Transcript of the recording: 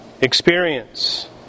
experience